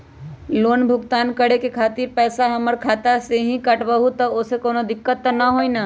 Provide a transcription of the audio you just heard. Loan भुगतान करे के खातिर पैसा हमर खाता में से ही काटबहु त ओसे कौनो दिक्कत त न होई न?